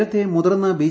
നേരത്തെ മുതിർന്ന ബി